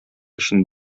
өчен